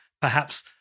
perhaps-